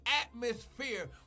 atmosphere